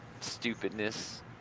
stupidness